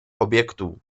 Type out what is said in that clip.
objektů